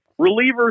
relievers